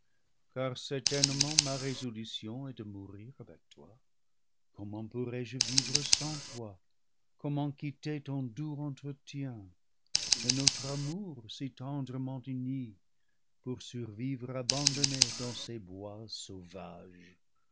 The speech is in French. car certainement ma résolution est de mourir avec toi comment pourrai-je vivre sans toi comment quitter ton doux entretien et notre amour si tendrement uni pour survivre abandonné dans ces bois sauvages